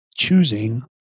choosing